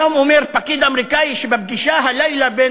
היום אומר פקיד אמריקני שבפגישה הלילה בין